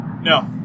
No